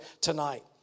tonight